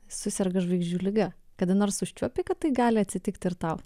suserga žvaigždžių liga kada nors užčiuopei kad tai gali atsitikti ir tau